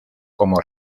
como